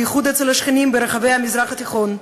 בייחוד אצל השכנים ברחבי המזרח התיכון,